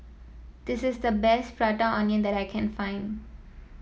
this is the best Prata Onion that I can find